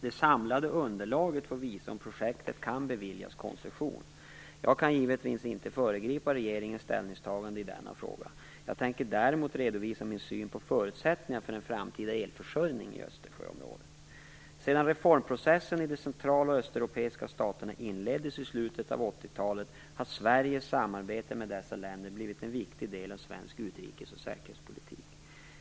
Det samlade underlaget får visa om projektet kan beviljas koncession. Jag kan givetvis inte föregripa regeringens ställningstagande i denna fråga. Jag tänker däremot redovisa min syn på förutsättningarna för en framtida elförsörjning i Östersjöområdet. Sedan reformprocessen i de central och östeuropeiska staterna inleddes i slutet av 80-talet har Sveriges samarbete med dessa länder blivit en viktig del av svensk utrikes och säkerhetspolitik.